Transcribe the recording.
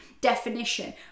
definition